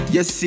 Yes